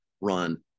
run